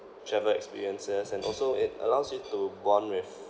travel experiences and also it allows you to bond with